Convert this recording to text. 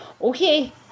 Okay